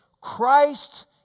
Christ